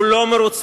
הוא לא מרוצה.